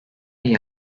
iyi